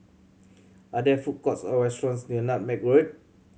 are there food courts or restaurants near Nutmeg Road